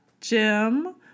Jim